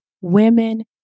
women